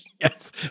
Yes